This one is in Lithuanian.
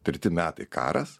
treti metai karas